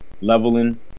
leveling